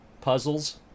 puzzles